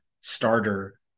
starter